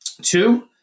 Two